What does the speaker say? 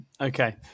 Okay